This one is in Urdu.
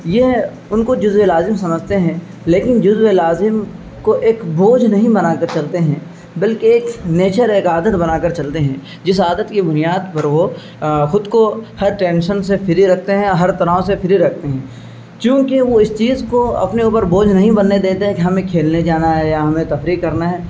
یہ ان کو جزو لازم سمجھتے ہیں لیکن جزوِ لازم کو ایک بوجھ نہیں بنا کر چلتے ہیں بلکہ ایک نیچر ایک عادت بنا کر چلتے ہیں جس عادت کی بنیاد پر وہ خود کو ہر ٹینشن سے فری رکھتے ہیں ہر تناؤ سے فری رکھتے ہیں چونکہ وہ اس چیز کو اپنے اوپر بوھ نہیں بننے دیتے ہیں کہ ہمیں ککھیلنے جانا ہے یا ہمیں تفریح کرنا ہے